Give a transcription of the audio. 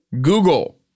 Google